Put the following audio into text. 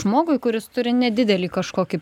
žmogui kuris turi nedidelį kažkokį